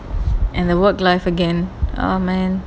and the work life again oh man